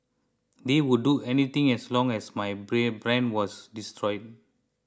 they would do anything as long as my brand was destroyed